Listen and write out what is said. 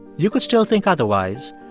you could still think otherwise,